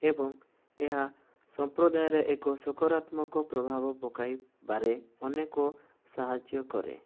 ଏବଂ ଏହା ସମ୍ପ୍ରଦାୟର ଏକ ସକାରାତ୍ମକ ପ୍ରଭାବ ପକାଇ ପରେ ଅନେକ ସହାଯ୍ୟ କରେ